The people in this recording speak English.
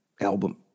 album